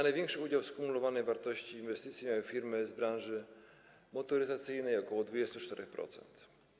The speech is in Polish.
Największy udział w skumulowanej wartości inwestycji mają firmy z branży motoryzacyjnej, tj. ok. 24%.